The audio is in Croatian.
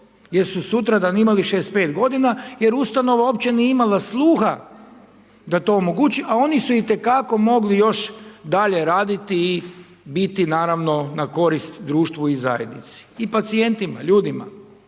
jer su sutradan imali 65 godina jer ustanova uopće nije imala sluha da to omogući, a oni su itekako mogli još dalje raditi i biti naravno na korist društvu i zajednici i pacijentima, ljudima.